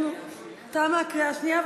תמה הקריאה השנייה.